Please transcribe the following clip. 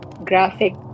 Graphic